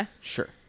Sure